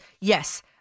Yes